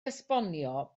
esbonio